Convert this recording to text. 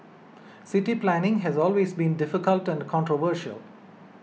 city planning has always been difficult and controversial